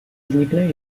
vznikne